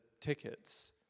tickets